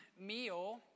meal